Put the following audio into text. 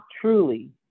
truly